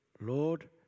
Lord